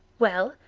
well,